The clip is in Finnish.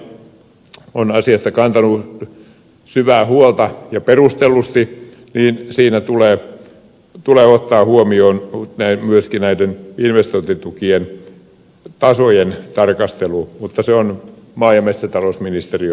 kalmari on asiasta kantanut syvää huolta perustellusti niin siinä tulee ottaa huomioon myöskin näiden investointitukien tasojen tarkastelu mutta se on maa ja metsätalousministeriön asia